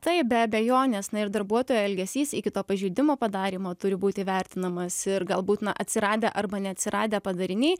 taip be abejonės na ir darbuotojo elgesys iki to pažeidimo padarymo turi būti vertinamas ir galbūt na atsiradę arba neatsiradę padariniai